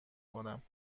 کنم